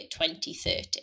2030